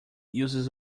uses